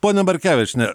ponia markevičiene